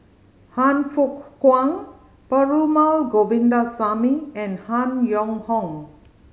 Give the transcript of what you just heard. Han Fook Kwang Perumal Govindaswamy and Han Yong Hong